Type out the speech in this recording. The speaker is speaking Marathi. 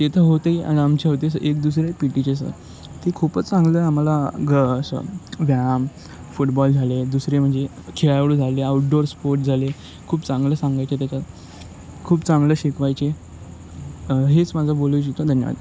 तेथं होते आणि आमच्या होते स एक दुसरे पी टीचे सर ते खूपच चांगलं आम्हाला ग असं व्यायाम फुटबॉल झाले दुसरे म्हणजे खेळाडू झाले आऊटडोअर स्पोर्ट झाले खूप चांगलं सांगायचे त्याच्यात खूप चांगलं शिकवायचे हेच माझा बोलू इछितो धन्यवाद